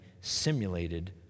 simulated